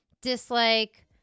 dislike